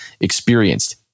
experienced